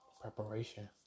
preparation